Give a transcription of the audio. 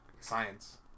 Science